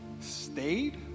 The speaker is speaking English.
stayed